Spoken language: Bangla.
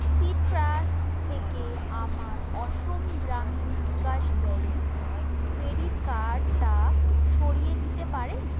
সিট্রাস থেকে আমার অসম গ্রামীণ বিকাশ ব্যাঙ্ক ক্রেডিট কার্ডটা সরিয়ে দিতে পারেন